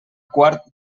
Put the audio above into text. quart